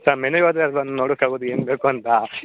sir menu ಹೇಳ್ದ್ರೆ ಅಲ್ಲವ ಬಂದು ನೋಡೋಕಾಗದು ಏನುಬೇಕು ಅಂತ